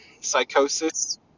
psychosis